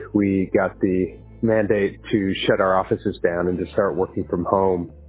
we got the mandate to shut our offices down and to start working from home.